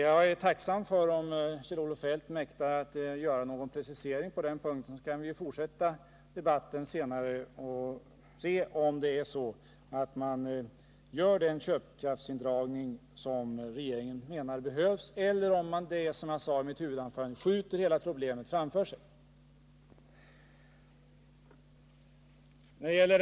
Jag är tacksam om Kjell-Olof Feldt mäktar att göra någon precisering på den här punkten, så att vi kan se om man gör den köpkraftsindragning som regeringen menar behövs eller om man, som jag sade i mitt huvudanförande, skjuter hela problemet framför sig. Och sedan kan vi fortsätta debatten.